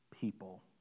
people